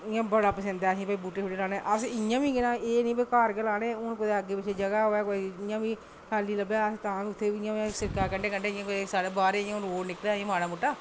इं'या बड़ा पसंद ऐ ते भई असें ई बूह्टे लाना ते असें इं'या निं की घर गै लाने होर कुदै कोई अग्गें पिच्छें कोई जगह होऐ कुदै बी खाल्ली लब्भे सिड़कै दे कंढै बी अस तां बी साढ़े बाह्रें इं'या रोड निकले दा माड़ा मुट्टा